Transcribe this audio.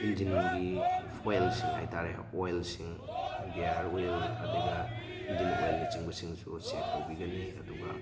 ꯏꯟꯖꯤꯟꯒꯤ ꯐ꯭ꯂꯨꯜꯁꯤꯡ ꯍꯥꯏ ꯇꯥꯔꯦ ꯑꯣꯏꯜꯁꯤꯡ ꯒꯤꯌꯥꯔ ꯑꯣꯏꯜ ꯑꯗꯨꯒ ꯏꯟꯖꯤꯟ ꯑꯣꯏꯜꯅꯆꯤꯡꯕꯁꯤꯡꯁꯨ ꯆꯦꯛ ꯇꯧꯕꯤꯒꯅꯤ ꯑꯗꯨꯒ